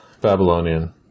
Babylonian